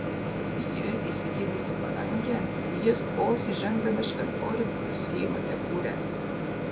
ji įsikibusi parankėn jis vos įžengdamas šventoriun nusiima kepurę